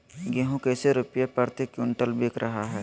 गेंहू कैसे रुपए प्रति क्विंटल बिक रहा है?